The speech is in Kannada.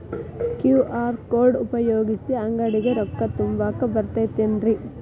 ಕ್ಯೂ.ಆರ್ ಕೋಡ್ ಉಪಯೋಗಿಸಿ, ಅಂಗಡಿಗೆ ರೊಕ್ಕಾ ತುಂಬಾಕ್ ಬರತೈತೇನ್ರೇ?